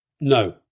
No